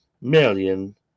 million